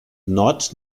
nord